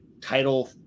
title